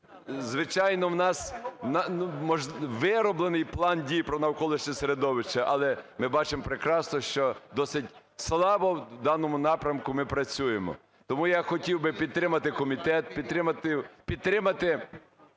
звичайно, у нас вироблений план дій про навколишнє середовище, але ми бачимо прекрасно, що досить слабо в даному напрямку ми працюємо. Тому я хотів би підтримати комітет, підтримати